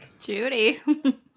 Judy